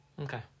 Okay